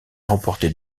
remporté